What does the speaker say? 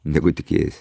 negu tikėjaisi